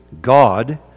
God